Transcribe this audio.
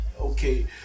okay